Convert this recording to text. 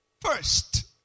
First